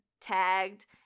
tagged